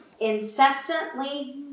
incessantly